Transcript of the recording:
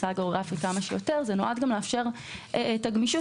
זה נועד לאפשר גמישות,